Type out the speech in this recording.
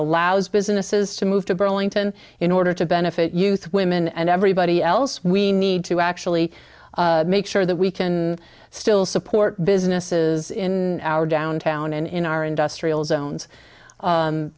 allows businesses to move to burlington in order to benefit youth women and everybody else we need to actually make sure that we can still support businesses in our downtown and in our industrial zones